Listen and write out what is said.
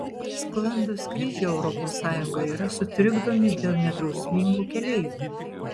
sklandūs skrydžiai europos sąjungoje yra sutrikdomi dėl nedrausmingų keleivių